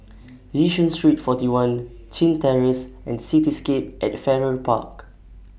Yishun Street forty one Chin Terrace and Cityscape At Farrer Park